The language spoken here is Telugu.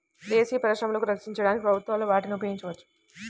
దేశీయ పరిశ్రమలను రక్షించడానికి ప్రభుత్వాలు వాటిని ఉపయోగించవచ్చు